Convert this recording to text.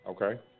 Okay